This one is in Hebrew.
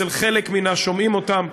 אצל חלק מן השומעים אותם,